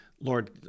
Lord